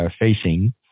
facing